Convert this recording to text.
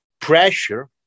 pressure